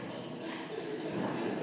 Hvala